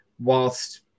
Whilst